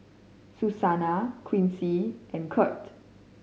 Susana Quincy and Kirt